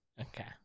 Okay